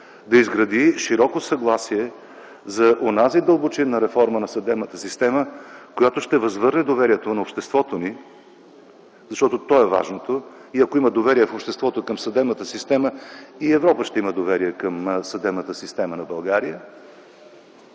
да изгради широко съгласие за онази дълбочинна реформа на съдебната система, която ще възвърне доверието на обществото ни, защото то е важното. Ако има доверие в обществото към съдебната система и Европа ще има доверие към съдебната система на България